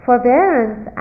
Forbearance